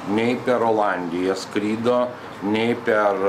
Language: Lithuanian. nei per olandiją skrido nei per